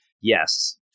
yes